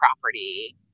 property